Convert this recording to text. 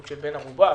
סוג של בן ערובה,